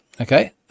okay